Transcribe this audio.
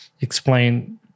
explain